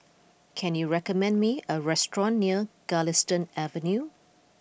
can you recommend me a restaurant near Galistan Avenue